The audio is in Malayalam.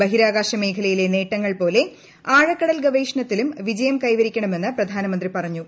ബഹിരാകാശ മേഖലയിലെ നേട്ടങ്ങൾ പോലെ ആഴക്കടൽ ഗവേഷണത്തിലും വിജയം കൈവരിക്കണമെന്ന് പ്രധാനമന്ത്രി പറഞ്ഞു